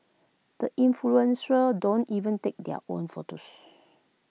the influential don't even take their own photos